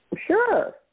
sure